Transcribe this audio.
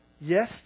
Yes